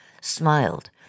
smiled